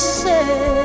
say